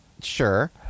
Sure